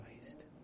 Christ